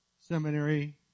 seminary